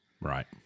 Right